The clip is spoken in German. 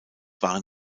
waren